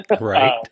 right